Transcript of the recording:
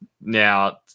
now